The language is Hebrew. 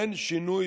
אין שינוי